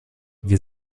wir